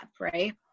right